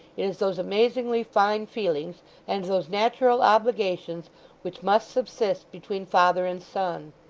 it is those amazingly fine feelings and those natural obligations which must subsist between father and son.